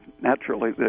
naturally